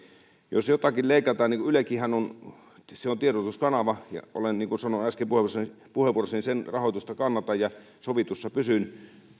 jos jotakin leikataan ylekinhän on tiedotuskanava ja niin kuin äsken sanoin puheenvuorossani sen rahoitusta kannatan ja sovitussa pysyn